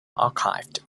archived